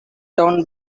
town